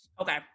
okay